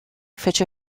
fece